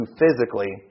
physically